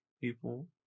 people